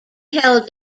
held